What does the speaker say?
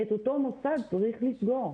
את אותו מוסד צריך לסגור,